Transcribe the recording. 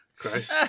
Christ